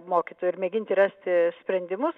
mokytojų ir mėginti rasti sprendimus